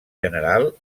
general